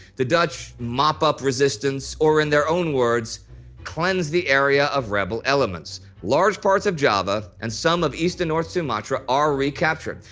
the dutch mop up resistance, or in their own words cleanse the area of rebel elements. large parts of java and some of east and north sumatra are recaptured.